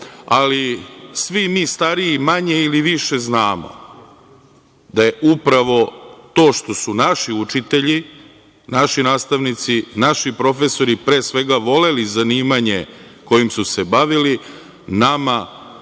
ali svi mi stariji manje ili više znamo da je upravo to što su naši učitelji, naši nastavnici, naši profesori, pre svega voleli zanimanje kojim su se bavili nama bila